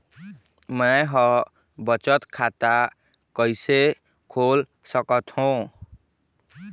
मै ह बचत खाता कइसे खोल सकथों?